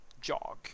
jog